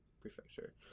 prefecture